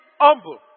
humble